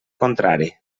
contrari